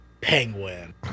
Penguin